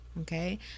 okay